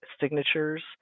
signatures